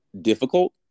difficult